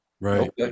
Right